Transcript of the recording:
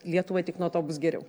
lietuvai tik nuo to bus geriau